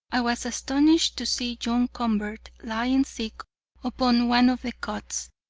i was astonished to see john convert lying sick upon one of the cots.